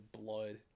blood